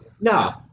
No